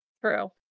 True